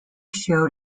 showed